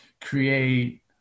create